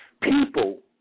People